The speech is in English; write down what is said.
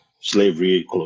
slavery